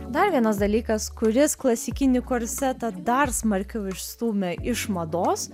dar vienas dalykas kuris klasikinį korsetą dar smarkiau išstūmė iš mados